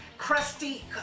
crusty